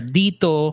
dito